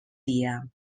dia